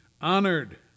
honored